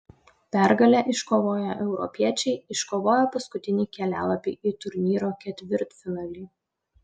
pergalę iškovoję europiečiai iškovojo paskutinį kelialapį į turnyro ketvirtfinalį